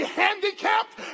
handicapped